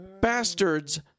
bastards